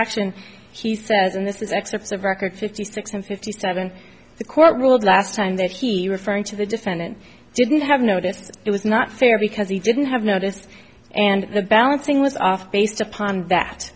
action he says and this is excerpts of record fifty six and fifty seven the court ruled last time that he referring to the defendant didn't have notice it was not fair because he didn't have noticed and the balancing was off based upon that